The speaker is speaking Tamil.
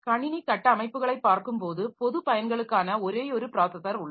கணினி கட்டமைப்புகளைப் பார்க்கும்போது பொதுப் பயன்களுக்கான ஒரேயொரு ப்ராஸஸர் உள்ளது